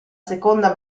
seconda